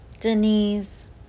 Denise